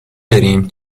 بریم